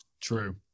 True